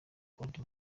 konti